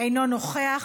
אינו נוכח.